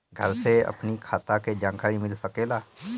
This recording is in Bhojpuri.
घर से अपनी खाता के जानकारी मिल सकेला?